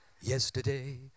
Yesterday